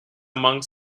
among